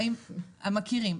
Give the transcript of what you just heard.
אז אתם מכירים.